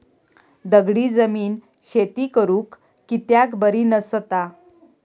दगडी जमीन शेती करुक कित्याक बरी नसता?